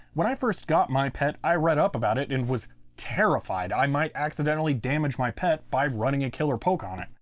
when i first got my pet i read up about it and was terrified i might accidentally damage my pet by running a killer poke on it.